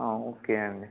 okay అండి